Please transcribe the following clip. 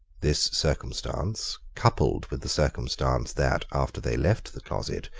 this circumstance, coupled with the circumstance that, after they left the closet,